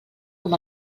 com